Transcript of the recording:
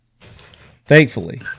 thankfully